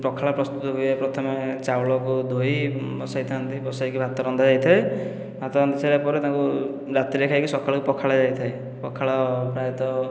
ପଖାଳ ପ୍ରସ୍ତୁତ ହୁଏ ପ୍ରଥମେ ଚାଉଳକୁ ଧୋଇ ବସାଇ ଥାଆନ୍ତି ବସାଇକି ଭାତ ରନ୍ଧା ହୋଇଥାଏ ଭାତ ରାନ୍ଧି ସରିଲା ପରେ ତାକୁ ରାତିରେ ଖାଇକି ସକାଳୁ ପଖାଳ ଯାଇଥାଏ ପଖାଳ ପ୍ରାୟତଃ